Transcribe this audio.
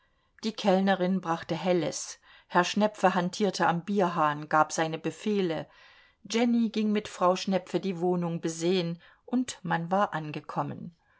die kellnerin brachte helles herr schnepfe hantierte am bierhahn gab seine befehle jenny ging mit frau schnepfe die wohnung besehen und man war angekommen